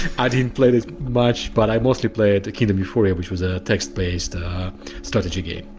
i didn't play it much, but i mostly played kingdom euphoria, which was a text based strategy game.